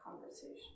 conversation